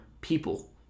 people